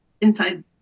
inside